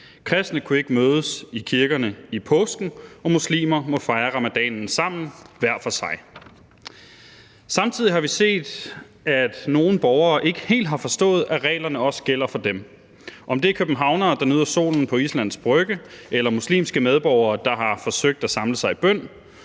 Kristne kunne ikke mødes i kirkerne i påsken, og muslimer må fejre ramadanen sammen hver for sig. Samtidig har vi set, at nogle borgere ikke helt har forstået, at reglerne også gælder for dem – om det så er københavnere, der nyder solen på Islands Brygge, eller muslimske medborgere, der har forsøgt at samle sig i bøn.